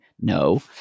no